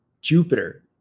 Jupiter